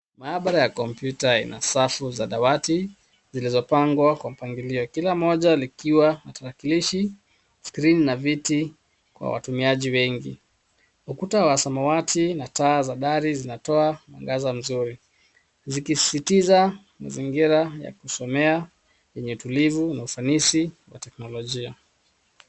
Maabara ya kompyuta ina safu za dawati zilizopangwa kwa mpangilio kila moja likiwa na tarakilishi, skrini na viti kwa watumiaji wengi. Ukuta wa samawati na taa za dari zinatoa mwangaza mzuri zikisisitiza mazingira ya kusomea yenye utulivu na ufanisi wa teknolojia.